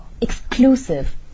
exclusive